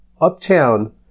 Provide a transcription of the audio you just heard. uptown